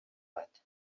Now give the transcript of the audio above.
bat